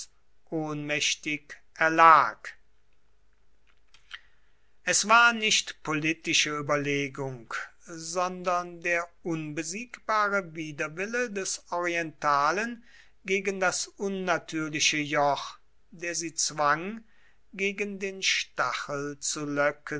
ohnmächtig erlag es war nicht politische überlegung sondern der unbesiegbare widerwille des orientalen gegen das unnatürliche joch der sie zwang gegen den stachel zu löcken